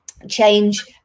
change